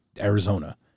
Arizona